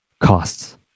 costs